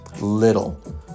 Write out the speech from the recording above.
little